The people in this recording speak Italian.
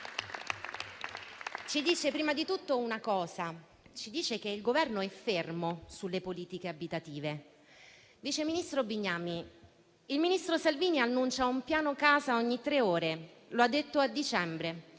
ci dice prima di tutto che il Governo è fermo sulle politiche abitative. Vice ministro Bignami, il ministro Salvini annuncia un piano casa ogni tre ore: lo ha detto a dicembre,